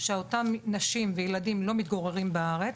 שאותם נשים וילדים לא מתגוררים בארץ,